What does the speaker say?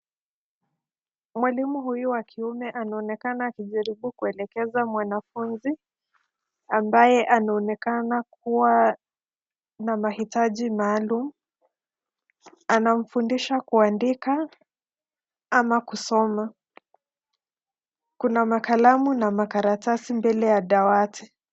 Mwalimu huyu wa kiume anaonekana akijaribu kuelekeza mwanafunzi ambaye anaonekana kuwa na mahitaji maalum, anamfundisha kuandika ama kusoma. Kuna makalamu na makaratasi mbele ya dawati.